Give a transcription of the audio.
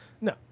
No